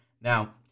Now